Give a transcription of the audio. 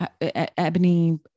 Ebony